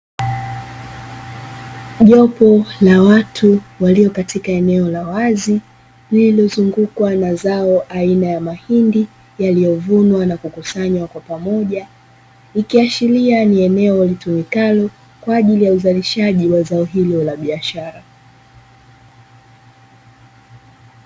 Jopo la watu walio katika eneo la wazi lililozungukwa na zao aina ya mahindi, yaliyovunwa na kukusanywa kwa pamoja, ikaishiri ni eneo litumikalo kwa ajili ya uzalishaji wa zao hilo la biashara.